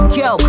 yo